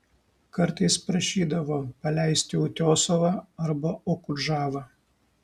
kartais prašydavo paleisti utiosovą arba okudžavą